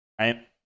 right